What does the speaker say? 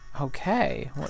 Okay